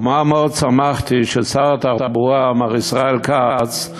ומה מאוד שמחתי כששר התחבורה מר ישראל כץ,